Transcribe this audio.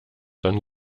dann